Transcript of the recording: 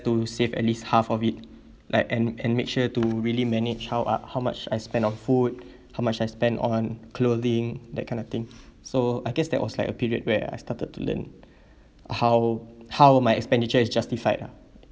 to save at least half of it like and and make sure to really manage how uh how much I spend on food how much I spend on clothing that kind of thing so I guess that was like a period where I started to learn how how my expenditure is justified lah